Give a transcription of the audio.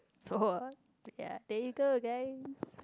[wah] ya there you go guys